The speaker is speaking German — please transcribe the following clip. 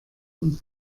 und